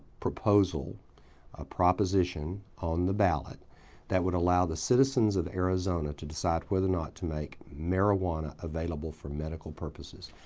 proposal, a proposition on the ballot that would allow the citizens of arizona to decide whether or not to make marijuana available for medical purposes.